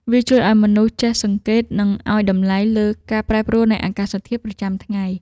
វាជួយឱ្យមនុស្សចេះសង្កេត និងឱ្យតម្លៃលើការប្រែប្រួលនៃអាកាសធាតុប្រចាំថ្ងៃ។